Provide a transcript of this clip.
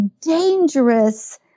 dangerous